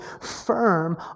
firm